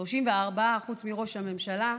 34, חוץ מראש הממשלה,